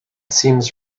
seems